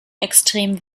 extrem